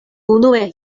unue